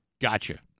Gotcha